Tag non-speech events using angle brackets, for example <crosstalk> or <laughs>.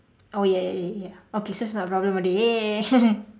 oh ya ya ya ya okay so it's not a problem already !yay! <laughs>